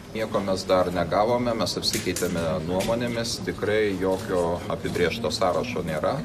nieko mes dar negavome mes apsikeitėme nuomonėmis tikrai jokio apibrėžto sąrašo nėra